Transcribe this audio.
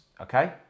okay